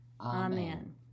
Amen